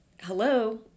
hello